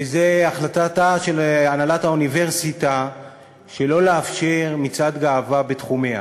וזה החלטתה של הנהלת האוניברסיטה שלא לאפשר מצעד גאווה בתחומיה.